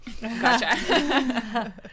Gotcha